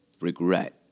Regret